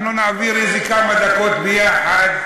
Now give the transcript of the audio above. אנחנו נעביר כמה דקות ביחד,